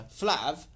Flav